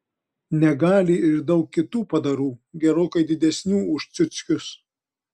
negali ir daug kitų padarų gerokai didesnių už ciuckius